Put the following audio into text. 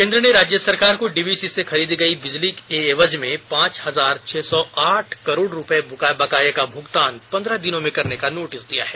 केन्द्र ने राज्य सरकार को डीवीसी से खरीदी गई बिजली के एवज में पांच हजार छह सौ आठ करोड रूपये बकाये का भुगतान पंद्रह दिनों में करने का नोटिस दिया है